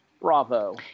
Bravo